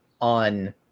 on